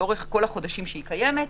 לאורך כל החודשים שהיא קיימת,